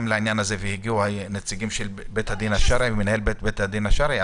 גם לעניין הזה והגיעו נציגים של בית הדין השרעי ומנהל בית הדין השרעי.